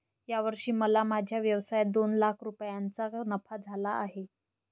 या वर्षी मला माझ्या व्यवसायात दोन लाख रुपयांचा नफा झाला आहे